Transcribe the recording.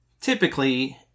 Typically